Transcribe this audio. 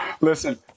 Listen